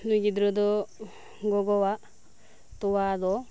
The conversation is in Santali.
ᱱᱩᱭ ᱜᱤᱫᱽᱨᱟᱹ ᱫᱚ ᱜᱚᱜᱚᱣᱟᱜ ᱛᱚᱣᱟ ᱫᱚ